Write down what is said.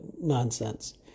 nonsense